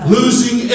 Losing